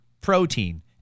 protein